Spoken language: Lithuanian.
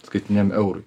skaitiniam eurui